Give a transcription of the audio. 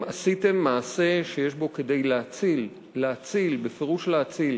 אתם עשיתם מעשה שיש בו כדי להציל, בפירוש להציל,